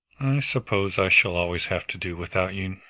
suppose i shall always have to do without you,